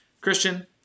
Christian